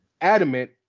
adamant